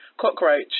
Cockroach